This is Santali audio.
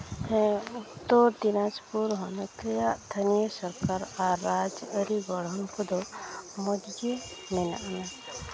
ᱦᱮᱸ ᱩᱛᱛᱚᱨ ᱫᱤᱱᱟᱡᱽᱯᱩᱨ ᱦᱚᱱᱚᱛ ᱨᱮᱭᱟᱜ ᱛᱷᱟᱱᱤᱭᱚ ᱥᱚᱨᱠᱟᱨ ᱟᱨ ᱨᱟᱡᱽᱟᱹᱨᱤ ᱜᱚᱲᱦᱚᱱ ᱠᱚᱫᱚ ᱢᱚᱡᱽᱜᱮ ᱢᱮᱱᱟᱜᱼᱟ